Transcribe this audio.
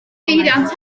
peiriant